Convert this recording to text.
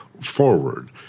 forward